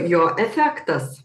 jo efektas